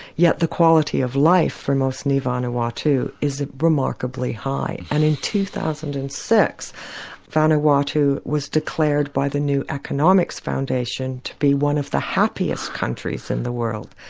yet the quality of life for most in vanuatu is remarkably high. and in two thousand and six vanuatu was declared by the new economics foundation to be one of the happiest countries in the world.